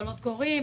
קולות קוראים,